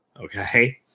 Okay